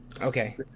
Okay